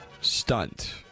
stunt